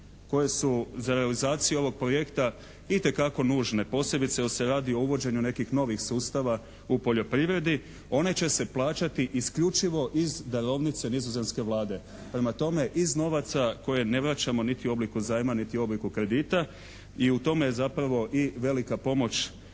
koje su za realizaciju ovog projekta itekako nužne, posebice jer se radi o uvođenju nekih novih sustava u poljoprivredi, one će se plaćati isključivo iz darovnice nizozemske Vlade, prema tome iz novaca koje ne vraćamo niti u obliku zajma niti u obliku kredita i u tome je zapravo i velika pomoć